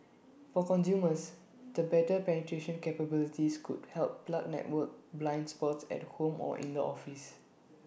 for consumers the better penetration capabilities could help plug network blind spots at home or in the office